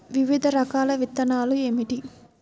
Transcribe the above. వివిధ రకాల విత్తనాలు ఏమిటి?